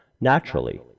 naturally